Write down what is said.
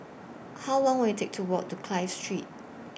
How Long Will IT Take to Walk to Clive Street